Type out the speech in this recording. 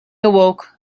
awoke